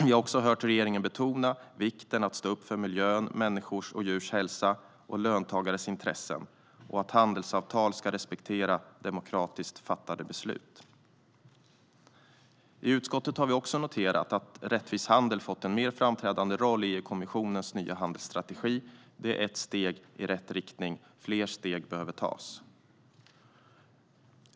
Vi har också hört regeringen betona vikten av att stå upp för miljön, människors och djurs hälsa och löntagares intressen och att handelsavtal ska respektera demokratiskt fattade beslut. I utskottet har vi också noterat att rättvis handel har fått en mer framträdande roll i EU-kommissionens nya handelsstrategi. Det är ett steg i rätt riktning. Fler steg behöver tas.